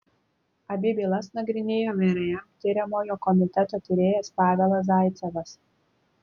abi bylas nagrinėjo vrm tiriamojo komiteto tyrėjas pavelas zaicevas